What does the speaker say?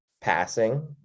passing